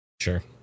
sure